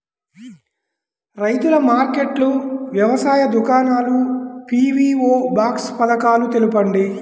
రైతుల మార్కెట్లు, వ్యవసాయ దుకాణాలు, పీ.వీ.ఓ బాక్స్ పథకాలు తెలుపండి?